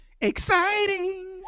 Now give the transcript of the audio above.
Exciting